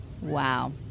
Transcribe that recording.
Wow